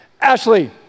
Ashley